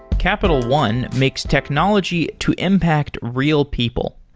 capital one makes technology to impact real people.